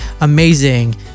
amazing